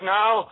now